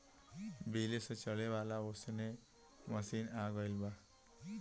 बिजली से चले वाला ओसावे के मशीन आ गइल बा